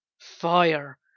fire